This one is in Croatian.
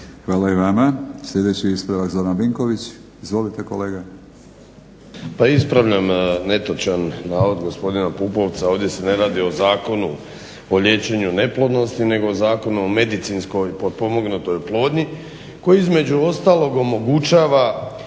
Hvala i vama. Sljedeći ispravak Zoran Vinković. Izvolite kolega. **Vinković, Zoran (HDSSB)** Pa ispravljam netočan navod gospodina Pupovca, ovdje se ne radi o zakonu o liječenju neplodnosti nego o Zakonu o medicinski pomognutoj oplodnji koji između ostalog omogućava